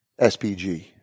SPG